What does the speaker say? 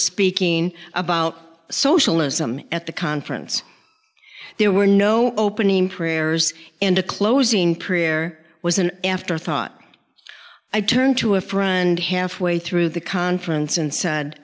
speaking about socialism at the conference there were no opening prayers and a closing prayer was an afterthought i turned to a friend halfway through the conference and said